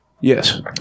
Yes